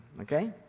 Okay